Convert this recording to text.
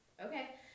Okay